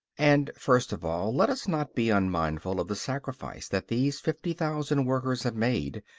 and, first of all, let us not be unmindful of the sacrifice that these fifty thousand workers have made,